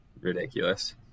Ridiculous